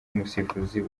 umusifuzi